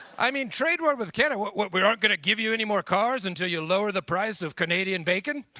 i mean trade war with canada, we aren't going to give you any more cars and till you lower the price of canadian bacon?